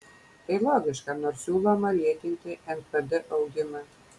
tai logiška nors siūloma lėtinti npd augimą